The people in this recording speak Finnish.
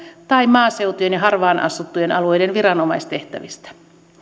tai maaseudun ja harvaan asuttujen alueiden viranomaistehtävistä